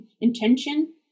intention